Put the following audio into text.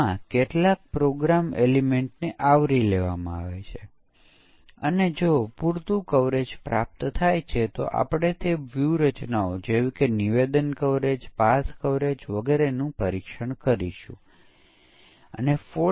તેથી બ્લેક બોક્સમાં આપણે ફક્ત ઇનપુટ આઉટપુટને જોઈએ છીએ અને પરીક્ષણ કેસ સાથે આગળ વધીએ છીએ